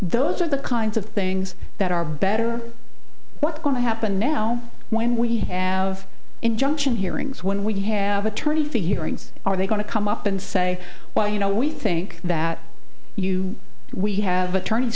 those are the kinds of things that are better what's going to happen now when we have injunction hearings when we have attorney figuring are they going to come up and say well you know we think that you we have attorneys